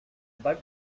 bug